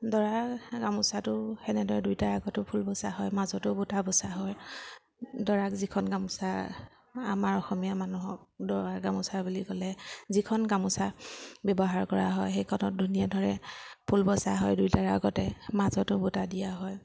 দৰাৰ গামোচাটো সেনেদৰে দুইটা আগতেই ফুল বচা হয় মাজতো বুটা বচা হয় দৰাক যিখন গামোচা আমাৰ অসমীয়া মানুহক দৰাৰ গামোচা বুলি ক'লে যিখন গামোচা ব্যৱহাৰ কৰা হয় সেইখনত ধুনীয়া ধৰে ফুল বচা হয় দুইটা আগতে মাজতো বুটা দিয়া হয়